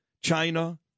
China